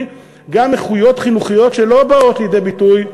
גם איכויות חינוכיות שלא באות לידי ביטוי,